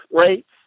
rates